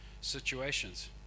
situations